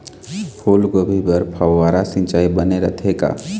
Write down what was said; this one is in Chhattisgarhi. फूलगोभी बर फव्वारा सिचाई बने रथे का?